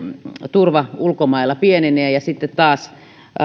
turva ulkomailla pienenee ja sitten taas